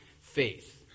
faith